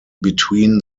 between